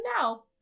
now